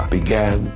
began